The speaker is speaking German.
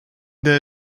der